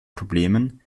problemen